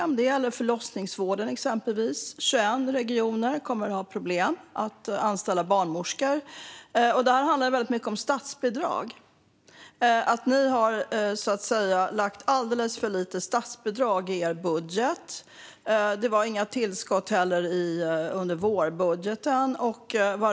Det gäller exempelvis förlossningsvården, där 21 regioner kommer att ha problem att anställa barnmorskor. Detta handlar väldigt mycket om statsbidrag. Ni har lagt alldeles för lite på statsbidrag i er budget. Det var inte heller några tillskott i vårbudgeten.